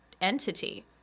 entity